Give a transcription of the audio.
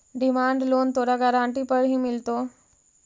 demand loan तोरा guarantee पर ही मिलतो